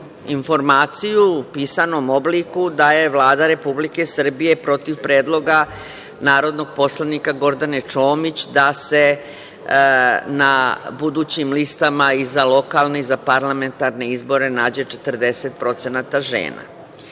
informaciju u pisanom obliku da je Vlada Republike Srbije protiv predloga narodnog poslanika Gordane Čomić da se na budućim listama i za lokalne i za parlamentarne izbor nađe 40% žena. Ovde